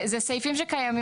זה סעיפים שקיימים.